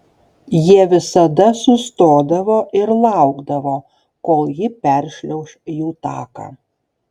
jie visada sustodavo ir laukdavo kol ji peršliauš jų taką